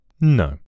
No